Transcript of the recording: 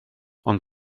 ond